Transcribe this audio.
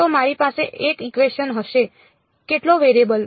તો મારી પાસે 1 ઇકવેશન હશે કેટલા વેરિયેબલ